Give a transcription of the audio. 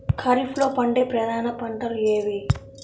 ఖరీఫ్లో పండే ప్రధాన పంటలు ఏవి?